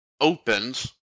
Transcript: opens